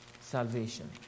salvation